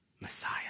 Messiah